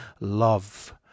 love